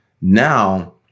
Now